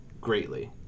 greatly